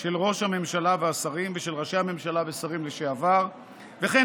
של ראש הממשלה והשרים ושל ראשי הממשלה ושרים לשעבר וכן